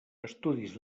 estudis